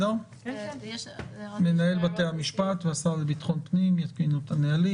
מנהל בתי המשפט והשר לביטחון הפנים יתקינו את הנהלים